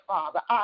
Father